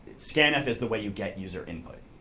scanf is the way you get user input.